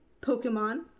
Pokemon